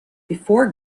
before